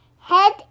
Head